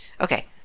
okay